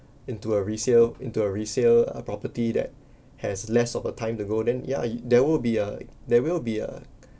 into a resale into a resale uh property that has less of a time to go then ya there would be a there will be a